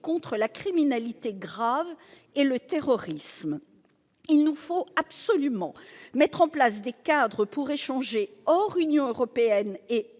contre la criminalité grave et le terrorisme. Il nous faut absolument mettre en place des cadres d'échange hors de l'Union européenne et